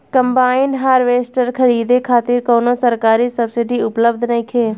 Combine harvester खरीदे खातिर कउनो सरकारी सब्सीडी उपलब्ध नइखे?